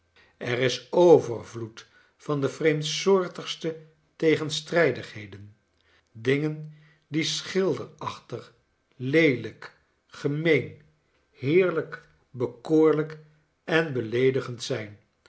er is overvloed van de vreemdsoortigste tegenstrijdigheden dingen die schilderachtig leelijk gemeen heerlijk bekoorlijk en beleedigend zijn